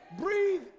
Breathe